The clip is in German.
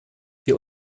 wir